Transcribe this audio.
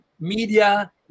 Media